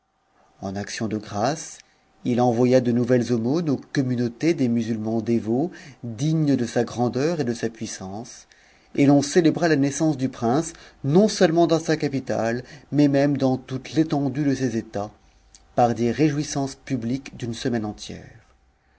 ha action de grâces il envoya de nouvelles aumônes aux communautés des musulmans dévots dignes de sa grandeur et de sa puissance et l'on célébra la naissance du prince non-seulement dans sa capitale mais même dans toute l'étendue de ses états par des réjouissances publiques d'une semaine entière